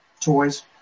toys